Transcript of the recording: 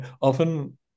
often